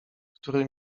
który